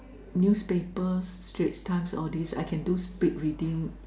newspaper Straits Times all this I can do speed reading